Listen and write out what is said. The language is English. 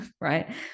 Right